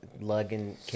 lugging